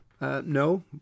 No